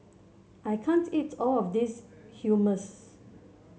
I can't eat all of this Hummus